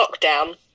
lockdown